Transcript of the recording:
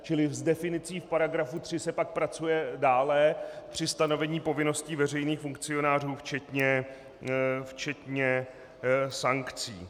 Čili s definicí v § 3 se pak pracuje dále při stanovení povinností veřejných funkcionářů včetně sankcí.